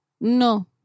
No